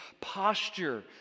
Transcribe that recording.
posture